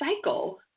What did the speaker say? cycle